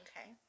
Okay